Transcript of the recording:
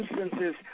instances